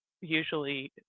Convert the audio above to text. usually